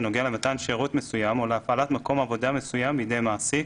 בנוגע למתן שירות מסוים או להפעלת מקום עבודה מסוים בידי מעסיק,